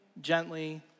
gently